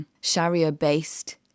sharia-based